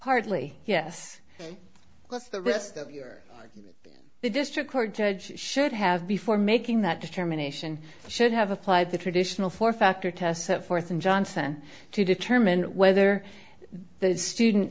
partly yes let's the rest of your the district court judge should have before making that determination should have applied the traditional four factor test set forth in johnson to determine whether the student